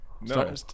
No